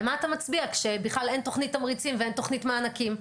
על מה אתה מצביע כשבכלל אין תוכנית תמריצים ואין תוכנית מענקים?